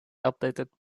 updated